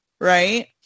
right